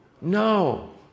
no